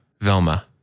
Velma